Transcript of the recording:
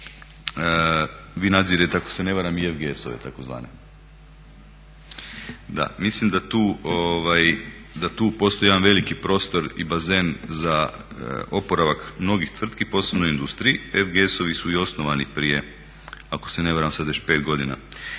vi nadzirete ako se ne varam i FGS-ove tzv. Da. Mislim da tu postoji jedan veliki prostor i bazen za oporavak mnogih tvrtki, posebno industriji. FGS-ovi su i osnovani prije ako se ne varam sada već 5 godina